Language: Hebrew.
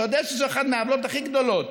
אתה יודע שזו אחת מהעוולות הכי גדולות.